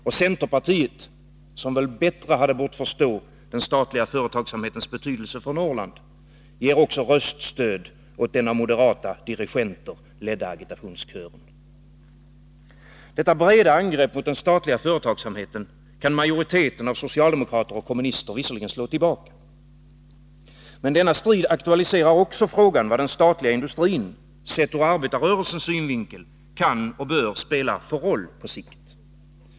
Och centerpartiet — som väl bättre hade bort förstå den statliga företagsamhetens betydelse för Norrland — ger också röststöd åt den av moderata dirigenter ledda agitationskören. Detta breda angrepp mot den statliga företagsamheten kan majoriteten av socialdemokrater och kommunister visserligen slå tillbaka. Men denna strid aktualiserar också frågan vad den statliga industrin — sedd ur arbetarrörelsens synvinkel — kan och bör spela för roll på sikt.